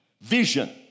Vision